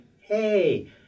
hey